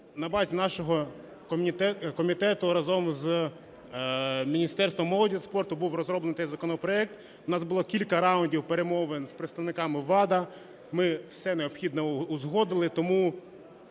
на базі нашого комітету разом з Міністерством молоді та спорту був розроблений законопроект. У нас було кілька раундів перемовин з представниками ВАДА, ми все необхідне узгодили. Тому